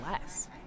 less